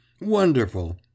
Wonderful